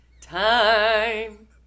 time